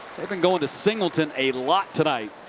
they've been going to singleton a lot tonight.